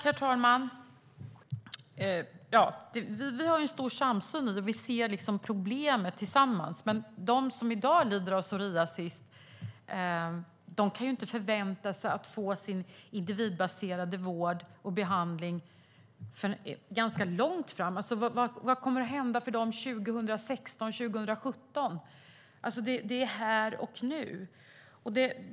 Herr talman! Vi har en stor samsyn och ser liksom problemet tillsammans. Men de som i dag lider av psoriasis kan inte förvänta sig att få sin individbaserade vård och behandling förrän ganska långt fram. Vad kommer att hända för dem 2016 och 2017? Det handlar om här och nu.